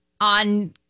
on